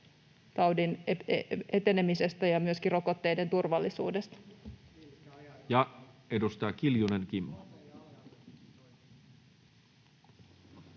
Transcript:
taudin etenemisestä ja myöskin rokotteiden turvallisuudesta. [Mika Niikko: